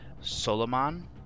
Solomon